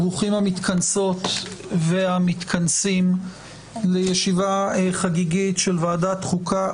ברוכים המתכנסות והמתכנסים לישיבה חגיגית של ועדת החוקה,